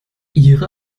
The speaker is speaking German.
ihre